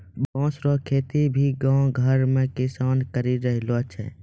बाँस रो खेती भी गाँव घर मे किसान करि रहलो छै